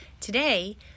Today